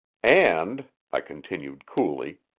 and, i continued coolly,